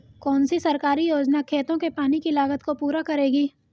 कौन सी सरकारी योजना खेतों के पानी की लागत को पूरा करेगी?